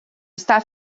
está